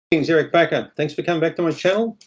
it's eric bakker. thanks for coming back to my channel.